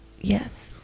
Yes